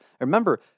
Remember